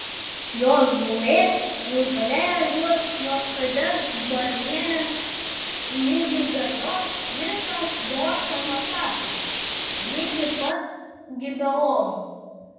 jozuė nugalėjo juos nuo kadeš barnėjos ligi gazos visą gošeno kraštą ligi pat gibeono